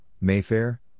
Mayfair